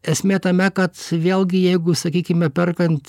esmė tame kad vėlgi jeigu sakykime perkant